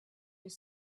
your